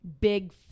big